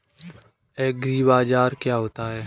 एग्रीबाजार क्या होता है?